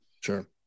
Sure